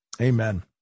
Amen